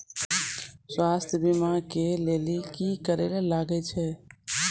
स्वास्थ्य बीमा के लेली की करे लागे छै?